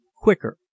quicker